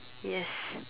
yes